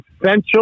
essential